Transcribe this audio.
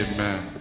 Amen